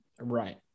Right